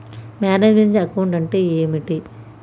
Manage meant account అంటే ఏమిటి?